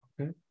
Okay